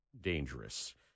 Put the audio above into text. dangerous